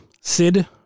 Sid